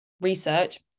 Research